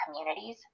communities